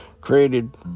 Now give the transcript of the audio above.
created